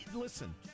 listen